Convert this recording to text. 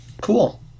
Cool